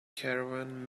caravan